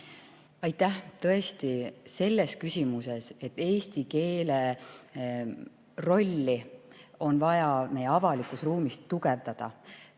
Aitäh! Tõesti, selles küsimuses, et eesti keele rolli on vaja meie avalikus ruumis tugevdada,